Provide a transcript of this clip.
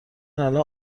الان